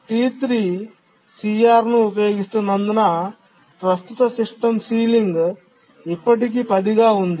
T3 CR ను ఉపయోగిస్తున్నందున ప్రస్తుత సిస్టమ్ సీలింగ్ ఇప్పటికీ 10 గా ఉంది